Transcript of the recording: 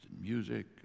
music